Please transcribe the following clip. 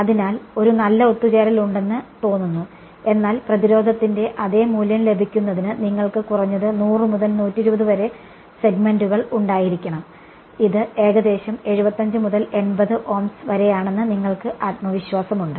അതിനാൽ ഒരു നല്ല ഒത്തുചേരൽ ഉണ്ടെന്ന് തോന്നുന്നു എന്നാൽ പ്രതിരോധത്തിന്റെ അതേ മൂല്യം ലഭിക്കുന്നതിന് നിങ്ങൾക്ക് കുറഞ്ഞത് 100 മുതൽ 120 വരെ സെഗ്മെന്റുകൾ ഉണ്ടായിരിക്കണം ഇത് ഏകദേശം 75 മുതൽ 80 ഓംസ് വരെയാണെന്ന് നിങ്ങൾക്ക് ആത്മവിശ്വാസമുണ്ട്